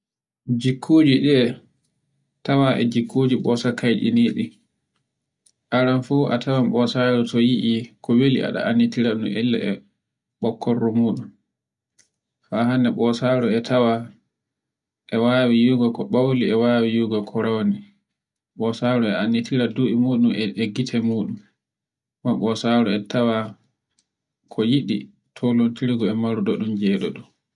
Jikkujiɗe tawa e jukkuji ɓosa kaycciniɗi. Aran fu a tawan ɓosaru to yi'e ko weli a ɗanitiraɗum illa e ɓokkorɗe muɗum. Haa hande ɓosaru e tawan e wawi yugo ko ɓauli e wawi yugo ko rowni. Bosaru e annditira du'I muɗum e gite muɗum, kuma ɓosaru e tawa ko yiɗi tolontirgo e marrudaɗu gi'aiduɗum.